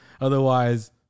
Otherwise